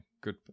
Good